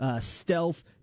stealth